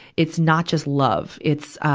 it's not just love. it's, ah,